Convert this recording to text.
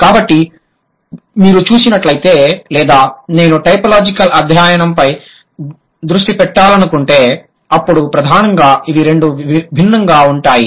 కాబట్టి మీరు చూసినట్లైతే లేదా నేను టైపోలాజికల్ అధ్యయనంపై దృష్టి పెట్టాలనుకుంటే అప్పుడు ప్రధానంగా ఇవి రెండు భిన్నంగా ఉంటాయి